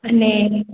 अने